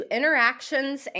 Interactions